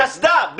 חבישת קסדה גם.